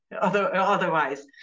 otherwise